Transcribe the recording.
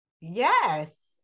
Yes